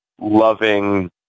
loving